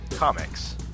Comics